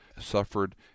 suffered